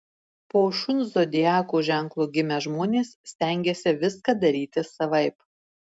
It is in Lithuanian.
po šuns zodiako ženklu gimę žmonės stengiasi viską daryti savaip